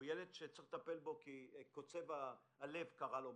או ילד שצריך לטפל בו כי קרה משהו לקוצב הלב שלו,